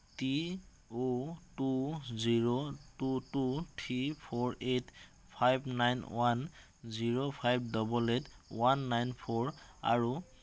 T O two zero two two three four eight five nine one zero five double eight one nine four আৰু